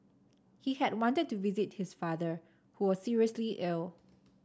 he had wanted to visit his father who was seriously ill